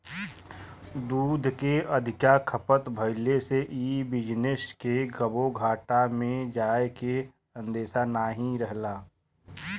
दूध के अधिका खपत भइले से इ बिजनेस के कबो घाटा में जाए के अंदेशा नाही रहेला